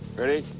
ready?